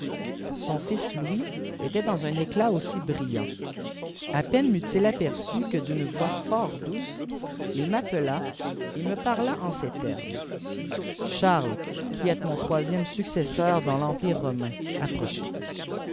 son fik louis était dans un éclat aussi brillant a peine meut î aperçu que d'une voix fort douce il m'appela et me parla eace termes charles qui êtes mon troisième successeur dans l'empire romain